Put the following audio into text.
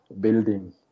building